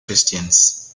christians